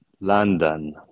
London